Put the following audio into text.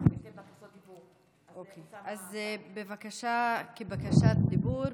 אז בבקשה, כבקשת דיבור.